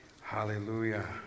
Hallelujah